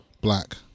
Black